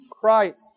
Christ